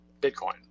bitcoin